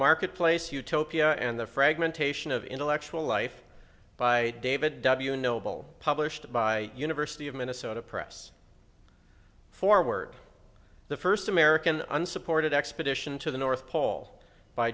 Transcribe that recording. marketplace utopia and the fragmentation of intellectual life by david w noble published by university of minnesota press forward the first american unsupported expedition to the north pole by